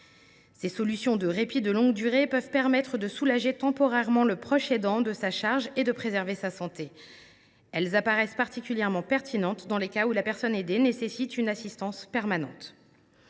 Ces solutions de répit de longue durée peuvent soulager temporairement de sa charge le proche aidant et préserver sa santé. Elles apparaissent particulièrement pertinentes dans les cas où l’état de la personne aidée nécessite une assistance permanente.